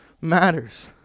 matters